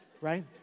Right